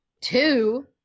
Two